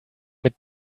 mit